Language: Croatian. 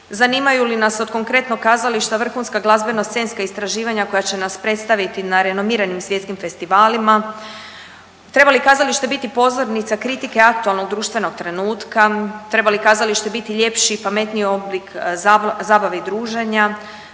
zanimaju li nas od konkretno kazališta vrhunska glazbeno scenska istraživanja koja će nas predstaviti na renomiranim svjetskim festivalima, treba li kazalište biti pozornica kritike aktualnog društvenog trenutka, treba li kazalište biti ljepši pametniji oblik zabave i druženja,